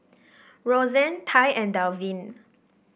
Rosann Tai and Delvin